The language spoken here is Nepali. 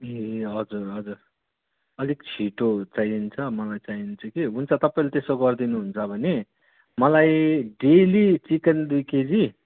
ए हजुर हजुर अलिक छिटो चाहिन्छ मलाई चाहिनु चाहिँ कि हुन्छ तपाईँले त्यसो गरिदिनुहुन्छ भने मलाई डेली चिकन दुई केजी